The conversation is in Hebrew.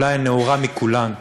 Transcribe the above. אולי הנאורה מכולן,